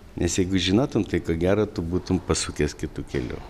nes jeigu žinotum tai ko gero tu būtum pasukęs kitu keliu